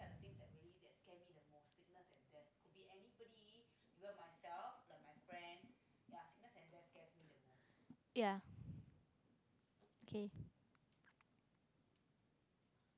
ya okay